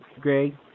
Greg